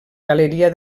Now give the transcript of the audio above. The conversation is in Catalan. galeria